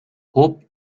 hope